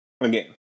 again